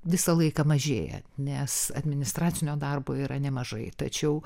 visą laiką mažėja nes administracinio darbo yra nemažai tačiau